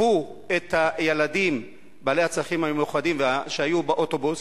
תקפו את הילדים בעלי הצרכים המיוחדים שהיו באוטובוס.